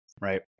Right